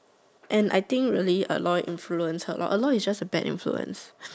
and I think really Aloy influence her lor Aloy is just a bad influence